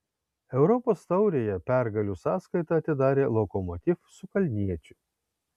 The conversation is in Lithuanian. europos taurėje pergalių sąskaitą atidarė lokomotiv su kalniečiu